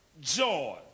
joy